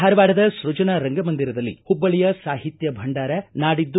ಧಾರವಾಡದ ಸೃಜನಾ ರಂಗಮಂದಿರದಳ್ಲಿ ಹುಬ್ಬಳ್ಳಿಯ ಸಾಹಿತ್ಯ ಭಂಡಾರ ನಾಡಿದ್ದು